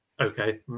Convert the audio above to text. okay